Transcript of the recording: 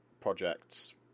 projects